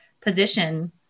position